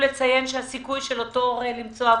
כמו כן מוצע להאריך באופן אוטומטי את הסדרי הריסק הזמני בביטוח